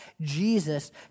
Jesus